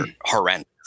horrendous